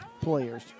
players